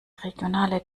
regionale